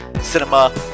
Cinema